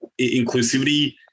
inclusivity